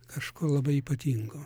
kažko labai ypatingo